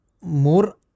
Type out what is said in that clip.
more